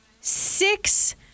six